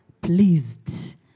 pleased